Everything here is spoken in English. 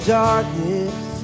darkness